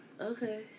okay